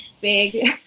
big